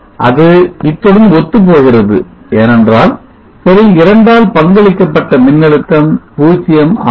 அது இத்துடன் ஒத்துப்போகிறது ஏனென்றால் செல் 2 ஆல் பங்களிக்கப்பட்ட மின்னழுத்தம் 0 ஆகும்